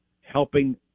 helping